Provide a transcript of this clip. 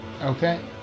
Okay